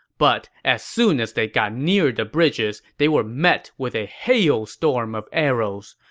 but as soon as they got near the bridges, they were met with a hailstorm of arrows.